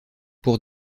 pour